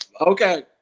Okay